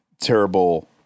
terrible